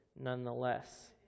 nonetheless